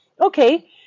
Okay